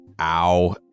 ow